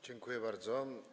Dziękuję bardzo.